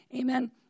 Amen